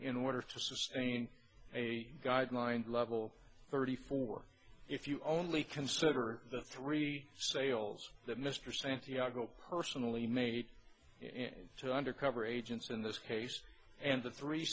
in order to sustain a guideline level thirty four if you only consider the three sales that mr santiago personally made to undercover agents in this case and the three